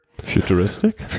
futuristic